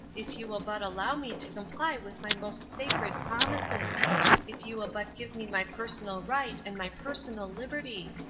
if you will but allow me to comply with my most sacred promises if you will but give me my personal right and my personal liberty.